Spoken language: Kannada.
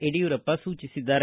ಯಡಿಯೂರಪ್ಪ ಸೂಚಿಸಿದ್ದಾರೆ